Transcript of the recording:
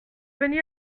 venu